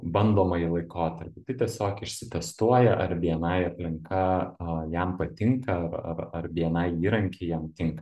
bandomąjį laikotarpį tai tiesiog išsitestuoja ar bni aplinka a jam patinka ar ar ar bni įrankiai jam tinka